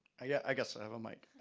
yeah i guess, i have a mic.